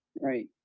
Right